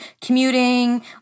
commuting